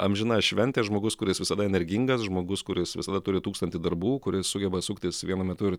amžina šventė žmogus kuris visada energingas žmogus kuris visada turi tūkstantį darbų kuris sugeba suktis vienu metu ir